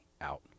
out